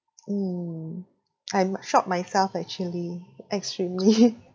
mm I'm shocked myself actually extremely